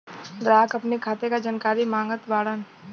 ग्राहक अपने खाते का जानकारी मागत बाणन?